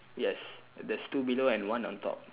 yes there's two below and one on top